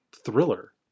thriller